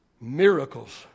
Miracles